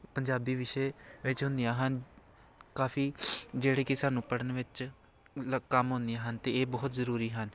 ਪੰਜਾਬੀ ਵਿਸ਼ੇ ਵਿੱਚ ਹੁੰਦੀਆਂ ਹਨ ਕਾਫੀ ਜਿਹੜੇ ਕਿ ਸਾਨੂੰ ਪੜ੍ਹਨ ਵਿੱਚ ਲ ਕੰਮ ਆਉਂਦੀਆਂ ਹਨ ਅਤੇ ਇਹ ਬਹੁਤ ਜ਼ਰੂਰੀ ਹਨ